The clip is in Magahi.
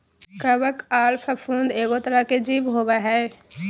कवक आर फफूंद एगो तरह के जीव होबय हइ